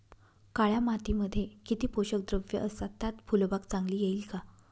काळ्या मातीमध्ये किती पोषक द्रव्ये असतात, त्यात फुलबाग चांगली येईल का?